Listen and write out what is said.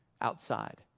outside